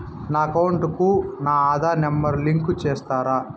నా అకౌంట్ కు నా ఆధార్ నెంబర్ లింకు చేసారా